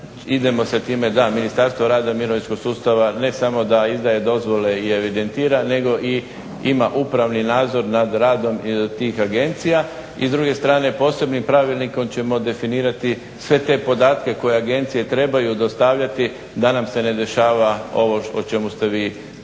idemo se time, da Ministarstvo rada i mirovinskog sustava ne samo da izdaje dozvole i evidentira nego ima i upravni nadzor nad radom tih agencija. I s druge strane posebnim pravilnikom ćemo definirati sve te podatke koje agencije trebaju dostavljati da nam se ne dešava ovo o čemu ste vi sada